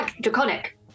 draconic